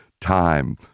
time